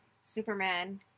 Superman